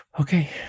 okay